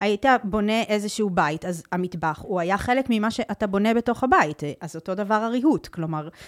היית בונה איזשהו בית, אז המטבח, הוא היה חלק ממה שאתה בונה בתוך הבית, אז אותו דבר הריהוט, כלומר.